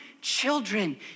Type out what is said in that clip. children